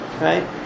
right